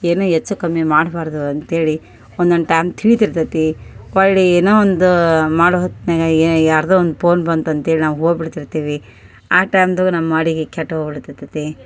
ಏನು ಹೆಚ್ಚು ಕಮ್ಮಿ ಮಾಡಬಾರ್ದು ಅಂತೇಳಿ ಒಂದೊಂದು ಟೈಮ್ ತಿಳಿತಿರ್ತದೆ ಹೊಳ್ಳಿ ಏನೋ ಒಂದೂ ಮಾಡೋ ಹೊತ್ನಲ್ಲಿ ಎ ಯಾರದೋ ಒಂದು ಪೋನ್ ಬಂತು ಅಂತೇಳಿ ನಾವು ಹೋಗ್ಬಿಡ್ತಿರ್ತೀವಿ ಆ ಟೈಮ್ನಲ್ಲೂ ನಮ್ಮ ಅಡುಗೆ ಕೆಟ್ಟು ಹೋಗ್ಬಿಡ್ತಿತದೆ